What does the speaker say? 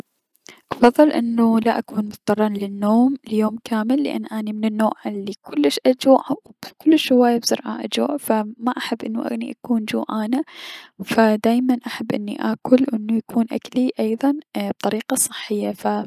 وافضل انو لا اكون مضطرا للنوم ليوم كامل لأن اني من النوع الي كلش اجوع و كلش هواية بسرعة اجوع فماحب انو اكون جوعانة ف دايما احب اني اكل و يكون اكلي ايضا بطريقة صحية ف.